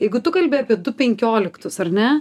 jeigu tu kalbi apie du penkioliktus ar ne